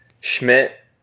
Schmidt